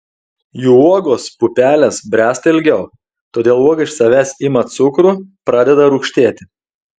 jų uogos pupelės bręsta ilgiau todėl uoga iš savęs ima cukrų pradeda rūgštėti